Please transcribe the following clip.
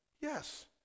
Yes